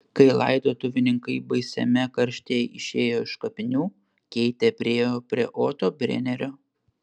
kai laidotuvininkai baisiame karštyje išėjo iš kapinių keitė priėjo prie oto brenerio